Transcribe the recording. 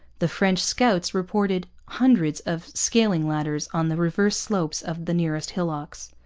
the french scouts reported hundreds of scaling-ladders on the reverse slopes of the nearest hillocks.